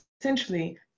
essentially